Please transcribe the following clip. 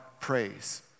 praise